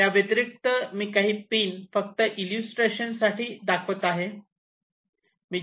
याव्यतिरिक्त मी काही पिन फक्त इल्लूस्ट्रेशनसाठी दाखवित आहे